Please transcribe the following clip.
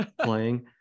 playing